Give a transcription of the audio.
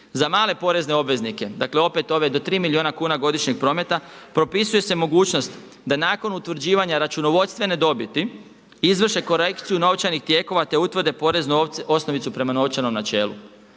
Za male porezne obveznike, dakle opet ove do 3 milijuna kuna godišnjeg prometa propisuje se mogućnost da nakon utvrđivanja računovodstvene dobiti izvrše korekciju novčanih tijekova te utvrde poreznu osnovicu prema novčanom načelu.